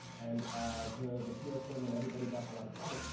and the the pr firm and everybody got in a lot of trouble.